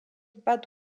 bad